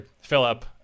Philip